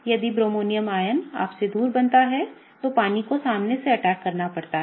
यदि bromonium ion आपसे दूर बनता है तो पानी को सामने से अटैक करना पड़ता है